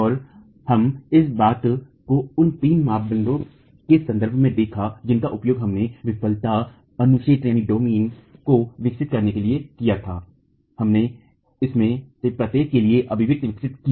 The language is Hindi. और हमने इस बातचीत को उन 3 मानदंडों के संदर्भ में देखा जिनका उपयोग हमने विफलता अनुक्षेत्र को विकसित करने के लिए किया था हमने इनमें से प्रत्येक के लिए अभिव्यक्ति विकसित की